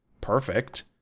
perfect